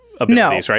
No